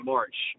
March